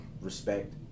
respect